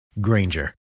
Granger